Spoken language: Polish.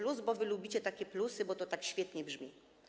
Lubicie takie plusy, bo to tak świetnie brzmi.